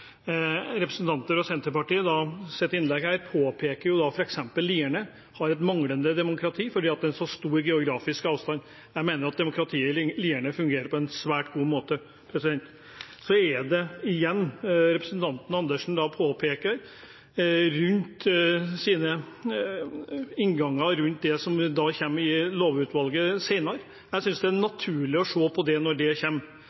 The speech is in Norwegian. påpeker i innlegget sitt her at det blir mangel på demokrati – f.eks. i Lierne – med store geografiske avstander. Jeg mener at demokratiet i Lierne fungerer på en svært god måte. Representanten Andersen påpeker ting rundt det som kommer i forbindelse med Lovutvalget senere. Jeg synes det er naturlig å se på det når det